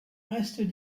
reste